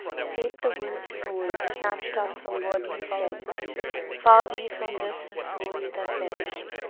fate the wolf's soul snatched up from wordly stead far be from bliss his soul that perished!